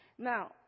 Now